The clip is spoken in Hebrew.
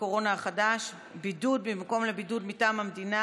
הקורונה החדש (בידוד במקום לבידוד מטעם המדינה